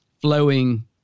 flowing